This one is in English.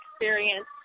experience